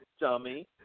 dummy